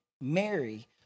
Mary